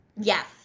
Yes